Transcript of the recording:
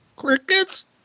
crickets